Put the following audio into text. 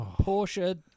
Porsche